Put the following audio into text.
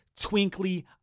twinkly